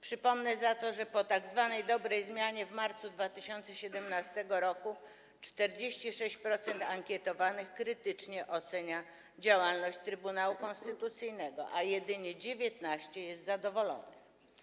Przypomnę za to, że po tzw. dobrej zmianie w marcu 2017 r. 46% ankietowanych krytycznie ocenia działalność Trybunału Konstytucyjnego, a jedynie 19% jest z niej zadowolonych.